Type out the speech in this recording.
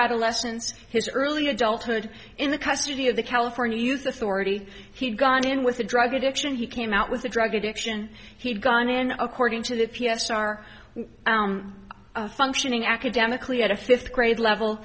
adolescence his early adulthood in the custody of the california youth authority he'd gone in with a drug addiction he came out with a drug addiction he'd gone in according to the p s r were functioning academically at a fifth grade level